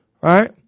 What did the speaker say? right